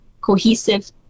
cohesive